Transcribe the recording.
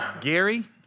Gary